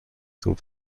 zum